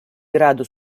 grado